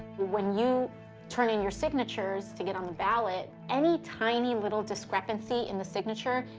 when you turn in your signatures to get on the ballot, any tiny little discrepancy in the signature,